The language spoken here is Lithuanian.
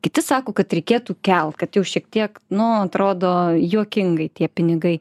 kiti sako kad reikėtų kelt kad jau šiek tiek nu atrodo juokingai tie pinigai